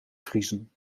vriezen